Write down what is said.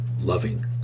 loving